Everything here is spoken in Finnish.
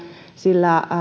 sillä